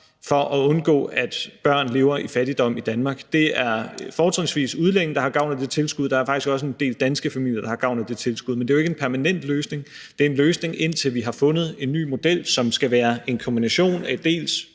for at undgå, at børn lever i fattigdom i Danmark. Det er fortrinsvis udlændinge, der har gavn af det tilskud, men der er faktisk også en del danske familier, der har gavn af det tilskud. Men det er jo ikke en permanent løsning. Det er en løsning, indtil vi har fundet en ny model, som skal være en kombination af dels